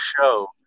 show